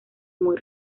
muy